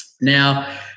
Now